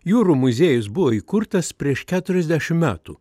jūrų muziejus buvo įkurtas prieš keturiasdešim metų